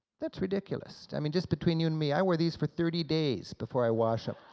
that's ridiculous, i mean, just between you and me, i wear these for thirty days before i wash em,